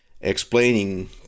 explaining